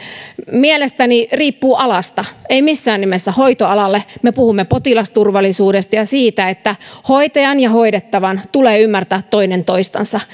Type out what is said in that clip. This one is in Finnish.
mielestäni riippuu alasta ei missään nimessä hoitoalalle me puhumme potilasturvallisuudesta ja siitä että hoitajan ja hoidettavan tulee ymmärtää toinen toistansa